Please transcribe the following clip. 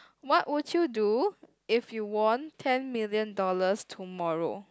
what would you do if you won ten million dollars tomorrow